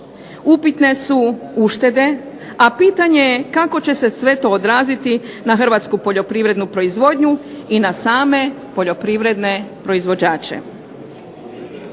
upitne su uštede, a pitanje je kako će se sve to odraziti na hrvatsku poljoprivrednu proizvodnju i na same poljoprivredne proizvođače.